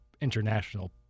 international